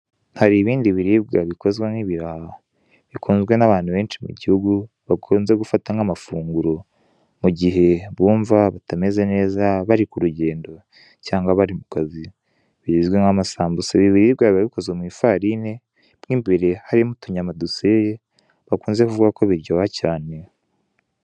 Hari ibindi biribwa bikozwe nk'ibiraha, bikunzwe n'abantu benshi mu gihugu bakunze gufata nk'amafunguro mu gihe bumva batameze neza bari ku rugendo cyangwa bari mu kazi, bizwi nk'amasambuza, ibi biribwa biba bikozwe mu ifarine mo imbere harimo utunyama duseye, bakunze kuvuga ko biryoha cyane.